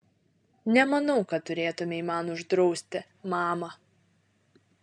nemanau kad turėtumei man uždrausti mama